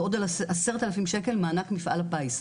ועוד 10,000 ₪ מענק מפעל הפיס,